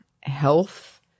health